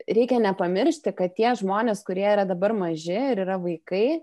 reikia nepamiršti kad tie žmonės kurie yra dabar maži ir yra vaikai